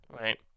right